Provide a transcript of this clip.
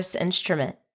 instrument